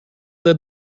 led